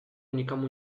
никому